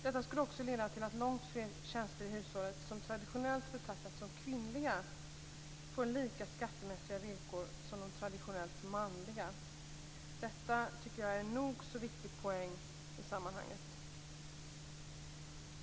Detta skulle också leda till att långt fler tjänster i hushållet som traditionellt betraktats som kvinnliga får lika skattemässiga villkor som de traditionellt manliga. Detta är en nog så viktig poäng i sammanhanget.